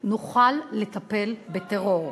נוכל לטפל בטרור.